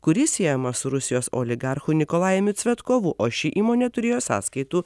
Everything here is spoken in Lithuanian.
kuri siejama su rusijos oligarchu nikolajumi cvetkovu o ši įmonė turėjo sąskaitų